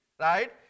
right